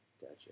Gotcha